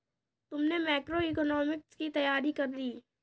तुमने मैक्रोइकॉनॉमिक्स की तैयारी कर ली?